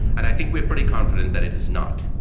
and i think we are pretty confident that it is not.